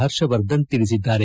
ಹರ್ಷವರ್ಧನ್ ತಿಳಿಸಿದ್ದಾರೆ